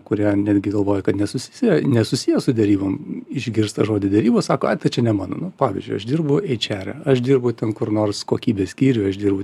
kurie netgi galvoja kad nesusisiję nesusiję su derybom išgirsta žodį derybos sako ai tai čia ne man nu pavyzdžiui aš dirbu eičere aš dirbu ten kur nors kokybės skyriuj aš dirbu